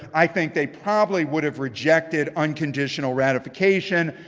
i think they probably would have rejected unconditional ratification.